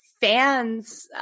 fans